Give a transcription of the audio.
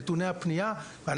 נתוני הפנייה.